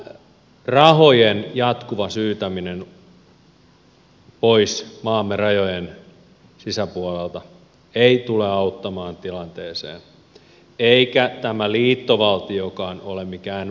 tämä rahojen jatkuva syytäminen pois maamme rajojen sisäpuolelta ei tule auttamaan tilanteeseen eikä tämä liittovaltiokaan ole mikään varma lääke tähän